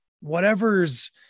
whatever's